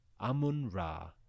Amun-Ra